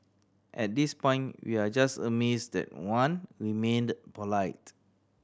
at this point we are just amazed that Wan remained polite